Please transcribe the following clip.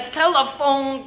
telephone